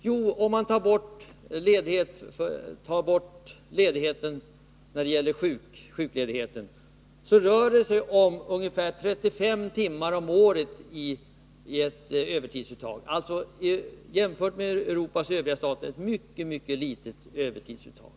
Jo, om man bortser från sjukledigheten rör det sig om ett övertidsuttag på ungefär 35 timmar om året. Jämfört med Europas övriga stater är det ett mycket litet övertidsuttag.